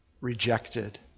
rejected